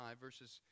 verses